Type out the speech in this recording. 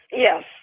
Yes